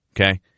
Okay